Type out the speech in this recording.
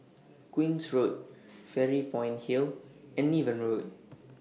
Queen's Road Fairy Point Hill and Niven Road